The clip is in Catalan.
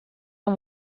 amb